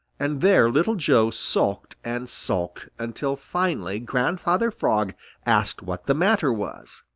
and there little joe sulked and sulked, until finally grandfather frog asked what the matter was.